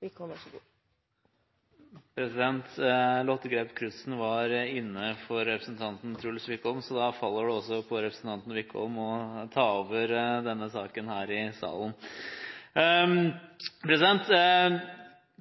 Wickholm, så da faller det på representanten Wickholm å ta over denne saken i salen.